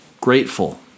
grateful